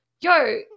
yo